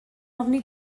ofni